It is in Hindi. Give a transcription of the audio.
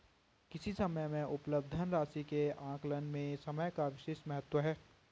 किसी समय में उपलब्ध धन राशि के आकलन में समय का विशेष महत्व है